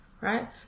right